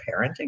parenting